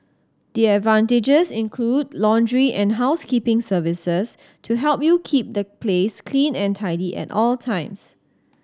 the advantages include laundry and housekeeping services to help you keep the place clean and tidy at all times